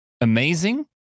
amazing